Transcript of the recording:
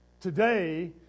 today